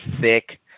thick